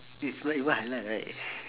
it's like what I like right